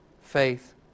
faith